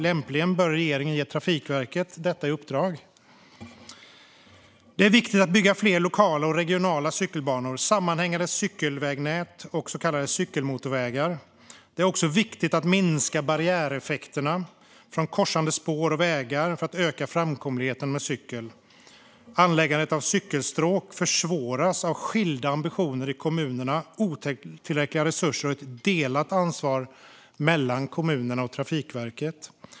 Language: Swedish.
Lämpligen bör regeringen ge Trafikverket detta i uppdrag. Det är viktigt att bygga fler lokala och regionala cykelbanor, sammanhängande cykelvägnät och så kallade cykelmotorvägar. Det är också viktigt att minska barriäreffekterna från korsande spår och vägar för att öka framkomligheten med cykel. Anläggandet av cykelstråk försvåras av skilda ambitioner i kommunerna, otillräckliga resurser och ett delat ansvar mellan kommunerna och Trafikverket.